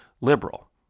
liberal